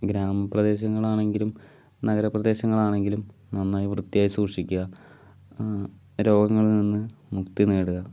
ഗ്രാമപ്രദേശങ്ങളാണെങ്കിലും നഗരപ്രദേശങ്ങളാണെങ്കിലും നന്നായി വൃത്തിയായി സൂക്ഷിക്കുക രോഗങ്ങളിൽ നിന്ന് മുക്തി നേടുക